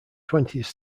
twentieth